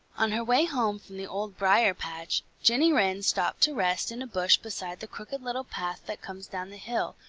on her way home from the old briar-patch, jenny wren stopped to rest in a bush beside the crooked little path that comes down the hill,